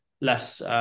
less